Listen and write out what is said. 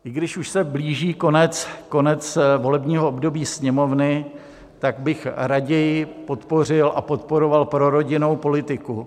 I když už se blíží konec volebního období Sněmovny, tak bych raději podpořil a podporoval prorodinnou politiku.